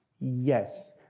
Yes